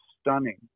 stunning